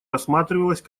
рассматривалась